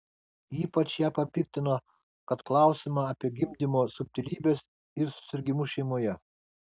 ypač ją papiktino kad klausiama apie gimdymo subtilybes ir susirgimus šeimoje